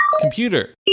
Computer